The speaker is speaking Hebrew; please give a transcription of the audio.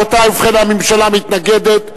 רבותי, ובכן, הממשלה מתנגדת.